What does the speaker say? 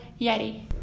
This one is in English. Yeti